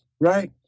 right